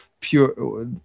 pure